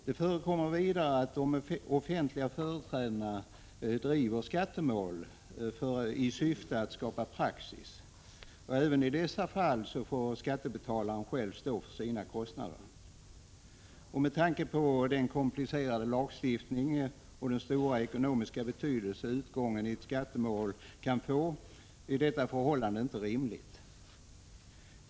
Det förekommer vidare att de offentliga företrädarna driver skattemål i syfte att skapa praxis, men även i dessa fall får skattebetalaren själv stå för sina kostnader. Med tanke på den komplicerade lagstiftning som gäller och den stora ekonomiska betydelse utgången av ett skattemål kan få, är detta förhållande inte rimligt.